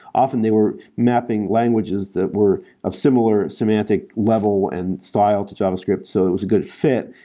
often, they were mapping languages that were of similar semantic level and style to javascript, so it was a good fit.